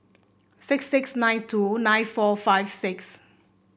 six six nine two nine four five six